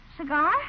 Cigar